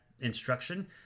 instruction